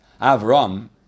Avram